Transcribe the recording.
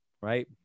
right